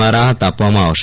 માં રાહત આપવામાં આવશે